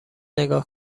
نگاه